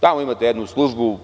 Tamo imate jednu službu.